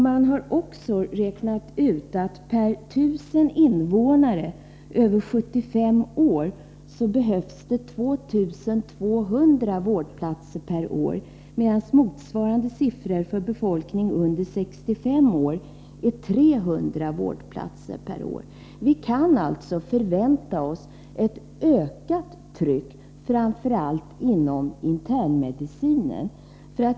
Man har också räknat ut att det per 1 000 invånare över 75 år behövs 2 200 vårdplatser per år, medan motsvarande siffra för befolkningen under 65 år är 300. Vi kan alltså förvänta oss ett ökat tryck framför allt inom internmedicinen.